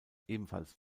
ebenfalls